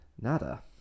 nada